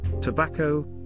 tobacco